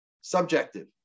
subjective